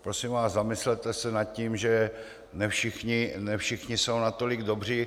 Prosím vás, zamyslete se nad tím, že ne všichni jsou natolik dobří.